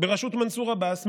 בראשות מנסור עבאס,